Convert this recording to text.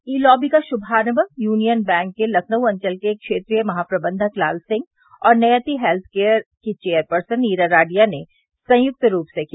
ई lobby का शुभारंष Union Bank के लखनऊ अंचल के क्षेत्रीय महाप्रबंधक लाल सिंह और नयति हैत्थकेयर की चेयरपर्सन नीरा राडिया ने संयुक्त से किया